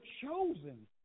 chosen